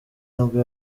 nibwo